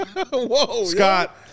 Scott